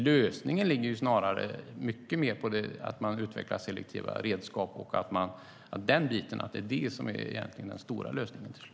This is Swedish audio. Lösningen ligger snarare i att man utvecklar selektiva redskap och så vidare. Det är det som är den stora lösningen till slut.